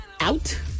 out